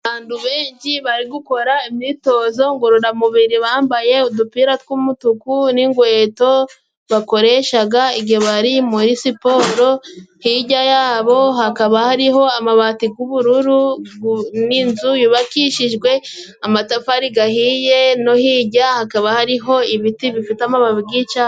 Abandu benshi bari gukora imyitozo ngororamubiri. Bambaye udupira tw'umutuku n'ingweto bakoreshaga igihe bari muri siporo. Hirya yabo hakaba hariho amabati g'ubururu n'inzu yubakishijwe amatafari gahiye, no hirya hakaba hariho ibiti bifite amababi y'icyatsi.